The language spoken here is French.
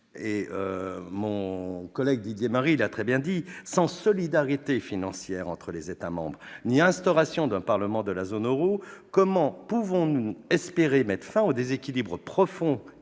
mon collègue Didier Marie, je m'interroge : sans solidarité financière entre États membres ni instauration d'un Parlement de la zone euro, comment pouvons-nous espérer mettre fin aux déséquilibres profonds